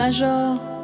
Major